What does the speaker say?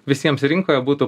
visiems rinkoje būtų